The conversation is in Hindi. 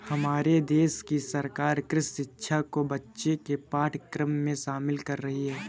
हमारे देश की सरकार कृषि शिक्षा को बच्चों के पाठ्यक्रम में शामिल कर रही है